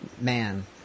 man